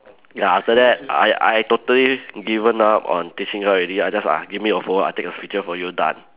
ya after that I I totally given up on teaching her already I just ah give me your phone I take a picture for you done